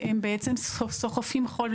ובהם בעצם סוחפים חול,